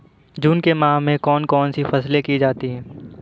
जून के माह में कौन कौन सी फसलें की जाती हैं?